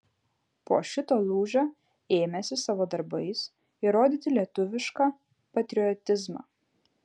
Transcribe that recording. po šito lūžio ėmėsi savo darbais įrodyti lietuvišką patriotizmą